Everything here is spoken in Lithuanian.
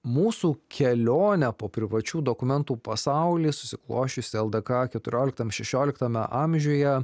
mūsų kelionę po privačių dokumentų pasauly susiklosčiusi ldk keturioliktam šešioliktame amžiuje